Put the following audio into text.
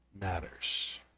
matters